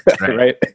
right